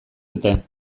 dute